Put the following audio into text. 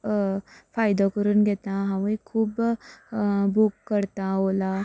अं फायदो करून घेता हांव खूब बूक करतां ओला